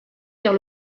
vers